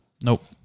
Nope